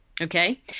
Okay